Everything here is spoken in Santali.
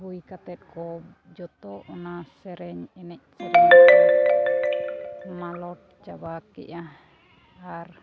ᱦᱩᱭ ᱠᱟᱛᱮᱫ ᱠᱚ ᱡᱚᱛᱚ ᱚᱱᱟ ᱥᱮᱨᱮᱧ ᱮᱱᱮᱡ ᱢᱟᱞᱚᱴ ᱪᱟᱵᱟ ᱠᱮᱜᱼᱟ ᱟᱨ